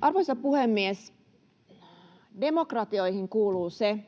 Arvoisa puhemies! Demokratioihin kuuluu se,